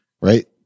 right